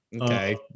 okay